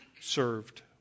served